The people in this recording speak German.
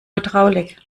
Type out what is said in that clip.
hydraulik